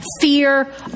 fear